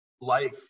life